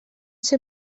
ser